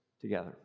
together